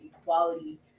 equality